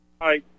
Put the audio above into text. Hi